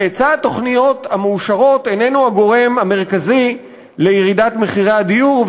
שהיצע התוכניות המאושרות איננו הגורם המרכזי לירידת מחירי הדיור,